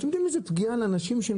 אתם יודעים איזו פגיעה זו לאנשים שהם